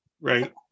right